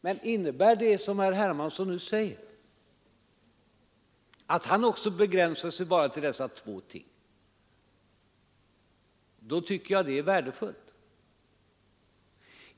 Men innebär det som herr Hermansson nu säger att han också begränsar sig till dessa två ting, då tycker jag det är värdefullt.